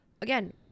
again